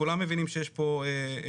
כולם מבינים שיש פה בעיה.